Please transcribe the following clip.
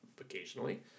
occasionally